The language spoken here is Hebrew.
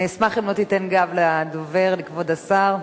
אני אשמח אם לא תיתן גב לדובר, לכבוד השר.